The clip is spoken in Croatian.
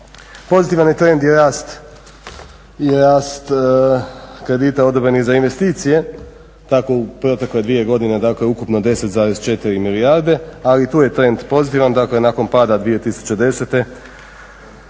Pozitivan je trend i rast kredita odobrenih za investicije. Tako u protekle dvije godine dakle ukupno 10,4 milijarde, ali i tu je trend pozitivan dakle nakon pada 2010.,